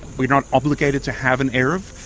we're not obligated to have an eruv,